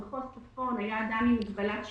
במחוז צפון היה אדם עם מגבלת שמיעה.